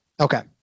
Okay